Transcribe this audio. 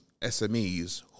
SMEs